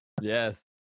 Yes